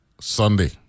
Sunday